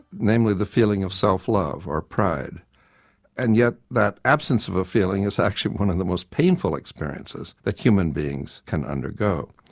namely the feeling of self love or pride and yet that absence of a feeling is actually one of the most painful experiences that human beings can undergo.